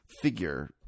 figure